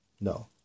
No